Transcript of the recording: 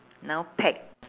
now pack